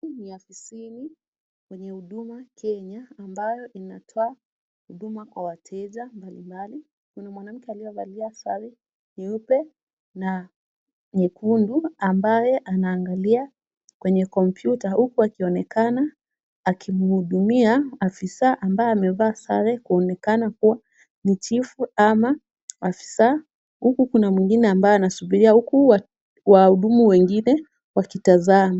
Hii ni ofisini kwenye Huduma Kenya ambayo inatoa huduma kwa wateja mbalimbali. Kuna mwanamke aliyevalia sare nyeupe na nyekundu ambaye anaangalia kwenye kompyuta huku akionekana akimhudumia afisa ambaye amevaa sare kuonekana kuwa ni chifu ama afisa huku kuna mwingine ambaye anasubiria huku wahudumu wengine wakitazama.